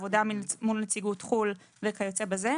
עבודה מול נציגות חו"ל וכיוצא בזה.